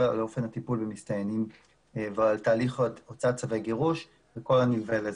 באופן הטיפול במסתננים ותהליך הוצאת צווי גירוש וכל הנלווה לזה.